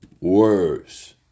words